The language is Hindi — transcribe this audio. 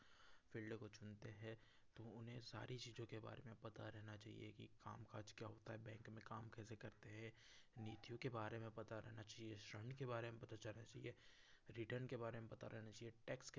फिल्ड को चुनते हैं तो उन्हें सारी चीज़ों के बारे में पता रहना चाहिए कि काम काज क्या होता है बैंक में काम कैसे करते हैं नीतियों के बारे में पता रहना चाहिए श्रम के बारे में पता रहना चाहिए रिटर्न के बारे में पता रहना चाहिए टैक्स के बारे में